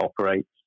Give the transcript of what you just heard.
operates